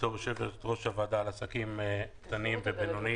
בתור יושבת-ראש הוועדה לעסקים קטנים ובינוניים.